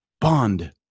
Bond